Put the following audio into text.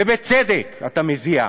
ובצדק אתה מזיע.